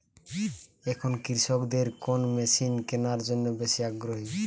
এখন কৃষকদের কোন মেশিন কেনার জন্য বেশি আগ্রহী?